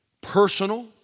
personal